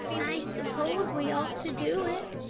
i suppose we ought to do it,